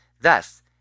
Thus